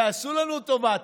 תעשו לנו טובה,